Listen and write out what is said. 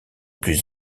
plus